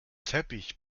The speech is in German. teppich